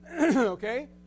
Okay